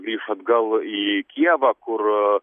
grįš atgal į kijevą kur